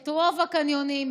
את רוב הקניונים,